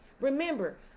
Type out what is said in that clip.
Remember